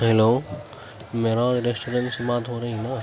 hello Meraj restaurant سے بات ہو رہی ہے نا